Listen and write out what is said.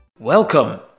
Welcome